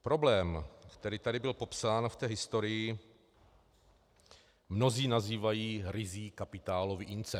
Problém, který tady byl popsán v historii, mnozí nazývají ryzí kapitálový incest.